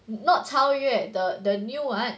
not 超越 the the new one